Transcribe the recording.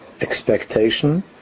expectation